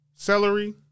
Celery